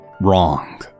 Wrong